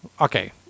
Okay